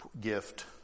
gift